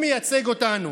הוא מייצג אותנו.